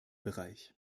bereich